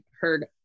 heard